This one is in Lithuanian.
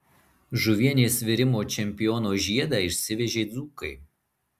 žuvienės virimo čempiono žiedą išsivežė dzūkai